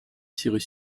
cyrus